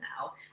now